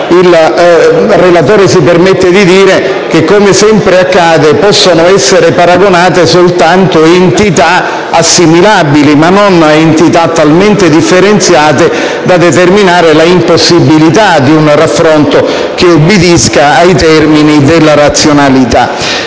Il relatore si permette di dire che - come sempre accade - possono essere paragonate soltanto entità assimilabili, ma non entità talmente differenziate da determinare l'impossibilità di un raffronto che ubbidisca ai termini della razionalità.